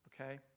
okay